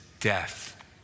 death